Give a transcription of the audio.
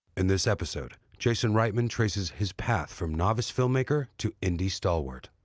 in this episode, jason reitman traces his path from novice filmmaker to indie stalwart.